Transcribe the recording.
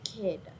kid